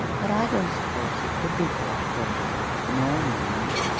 but i don't suppose it could be bought for love nor money.